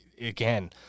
again